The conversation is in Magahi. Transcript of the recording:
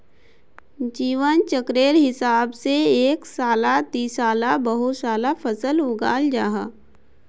जीवन चक्रेर हिसाब से एक साला दिसाला बहु साला फसल उगाल जाहा